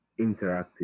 interactive